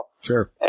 Sure